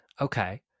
Okay